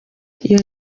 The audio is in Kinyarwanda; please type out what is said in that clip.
iyo